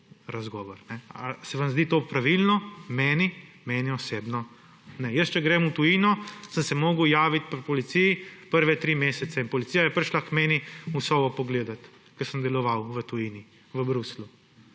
razgovor. A se vam zdi to pravilno? Meni osebno ne. Če grem jaz v tujino, sem se moral javiti pri policiji prve tri mesece. Policija je prišla k meni v sobo pogledat, ko sem deloval v tujini, v Bruslju.